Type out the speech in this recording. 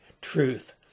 truth